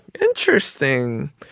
Interesting